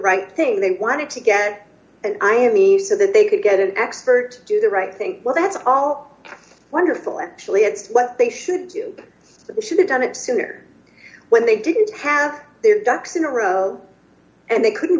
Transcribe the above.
right thing they wanted to get and i mean so that they could get an expert to the right think well that's all wonderful actually it's what they should you should have done it sooner when they didn't have their ducks in a row and they couldn't